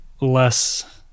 less